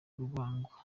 urwagwa